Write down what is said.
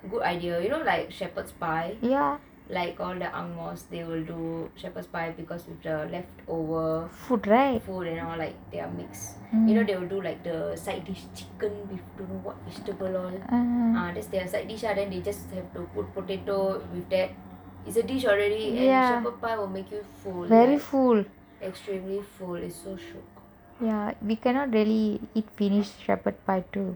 good idea you know like shepards pie all the ang mohs they will do shepards pie because with all the leftover food and all mix they will do like the side dish chicken with don't know what vegetable all ah that's their side dish ah then they just have to put potato with that it's a dish already and shepards pie will make you full extremely full it's so shiok